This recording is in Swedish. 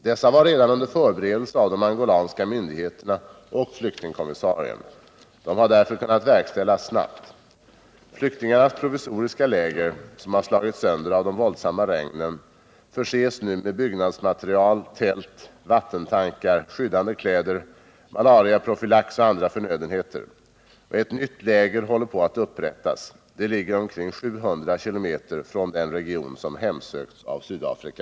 Dessa var redan under förberedelse av de angolanska myndigheterna och flyktingkommissarien. De har därför kunnat verkställas snabbt. Flyktingarnas provisoriska läger, som har slagits sönder av de våldsamma regnen, förses nu med byggnadsmaterial, tält, vattentankar, skyddande kläder, malariaprofylax och andra förnödenheter. Ett nytt läger håller på att upprättas. Det ligger omkring 700 km från den region som hemsökts av Sydafrika.